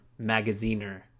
Magaziner